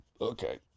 Okay